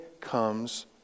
comes